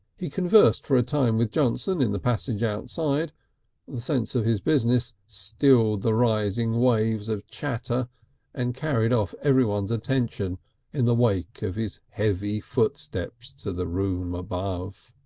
he conversed for a time with johnson in the passage outside the sense of his business stilled the rising waves of chatter and carried off everyone's attention in the wake of his heavy footsteps to the room above.